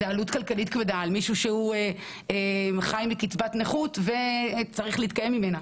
זו עלות כלכלית כבדה למישהו שחי מקצבת נכות וצריך להתקיים ממנה.